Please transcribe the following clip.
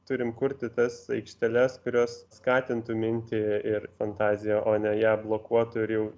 turim kurti tas aikšteles kurios skatintų mintį ir fantaziją o ne ją blokuotų ir jau